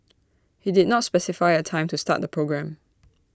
IT did not specify A time to start the programme